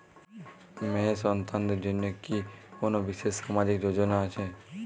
মেয়ে সন্তানদের জন্য কি কোন বিশেষ সামাজিক যোজনা আছে?